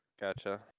Gotcha